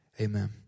Amen